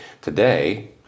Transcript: Today